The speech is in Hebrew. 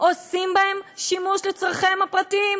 עושים בו שימוש לצורכיהם הפרטיים,